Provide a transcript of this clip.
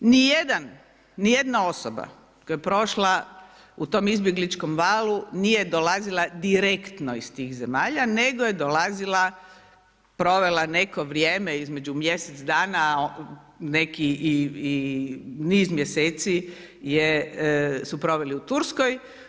Nijedna osoba koja je prošla u tom izbjegličkom valu nije dolazila direktno iz tih zemalja nego je dolazila, provela neko vrijeme između mjesec dana, neki i niz mjeseci su proveli u Turskoj.